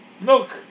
milk